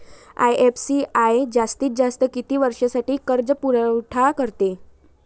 IFCI जास्तीत जास्त किती वर्षासाठी कर्जपुरवठा करते?